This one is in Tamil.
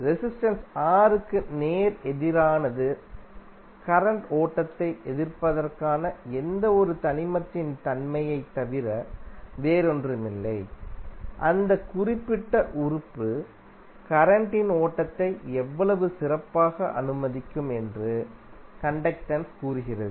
ரெசிஸ்டென்ஸ் R க்கு நேர் எதிரானது கரண்ட் ஓட்டத்தை எதிர்ப்பதற்கான எந்தவொரு தனிமத்தின் தன்மையைத் தவிர வேறொன்றுமில்லை அந்த குறிப்பிட்ட உறுப்பு கரண்ட் இன் ஓட்டத்தை எவ்வளவு சிறப்பாக அனுமதிக்கும் என்று கண்டக்டென்ஸ் கூறுகிறது